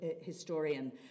historian